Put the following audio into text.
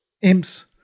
Imps